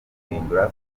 guhindura